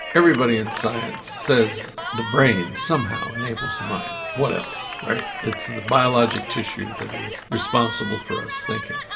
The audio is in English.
everybody in science says the brain somehow enables the mind what else, right? it's the biologic tissue that is responsible for us thinking.